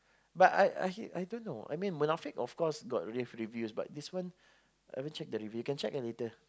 but I I hate I don't know I mean Munafik of course got rave review but this one I haven't check the review can check ah later